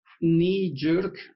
knee-jerk